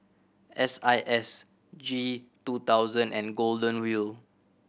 S I S G two thousand and Golden Wheel